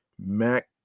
mac